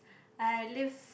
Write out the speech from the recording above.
I live